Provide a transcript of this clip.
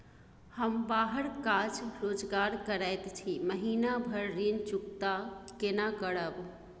हम बाहर काज रोजगार करैत छी, महीना भर ऋण चुकता केना करब?